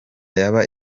yaba